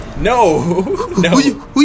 No